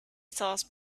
sauce